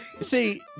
see